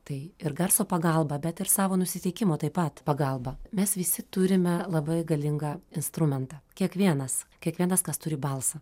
tai ir garso pagalba bet ir savo nusiteikimo taip pat pagalba mes visi turime labai galingą instrumentą kiekvienas kiekvienas turi balsą